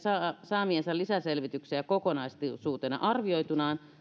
saamiansa lisäselvityksiä kokonaisuutena arvioituaan